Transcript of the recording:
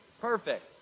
Perfect